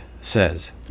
says